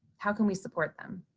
how can we support them?